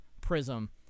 prism